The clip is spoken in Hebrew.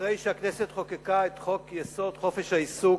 אחרי שהכנסת חוקקה את חוק-יסוד: חופש העיסוק,